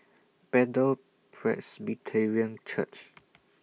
Bethel Presbyterian Church